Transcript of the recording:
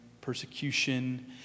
persecution